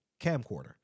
camcorder